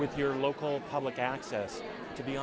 with your local public access to